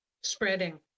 spreading